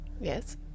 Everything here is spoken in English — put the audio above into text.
Yes